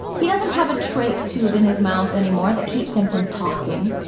he doesn't have a trache tube in his mouth anymore that keeps him from talking.